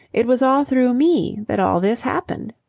it was all through me that all this happened.